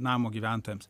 namo gyventojams